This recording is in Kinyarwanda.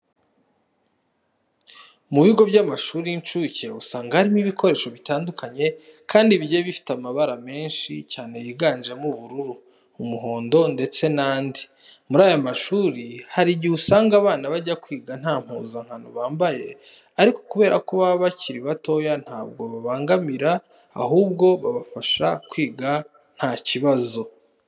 Mu bigo by'amashuri y'inshuke usanga harimo ibikoresho bitandukanye kandi bigiye bifite amabara menshi cyane yiganjemo ubururu, umuhondo ndetse n'andi. Muri aya mashuri hari igihe usanga abana bajya kwiga nta mpuzankano bambaye ariko kubera ko baba bakiri batoya ntabwo bababangamira ahubwo babafasha kwiga nta kibazo.